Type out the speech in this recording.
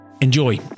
Enjoy